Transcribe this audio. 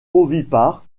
ovipare